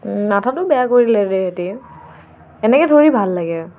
মাথাটো বেয়া কৰি দিলে দে সিহঁতে এনেকৈ থ'ৰি ভাল লাগে